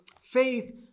Faith